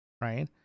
right